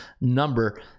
number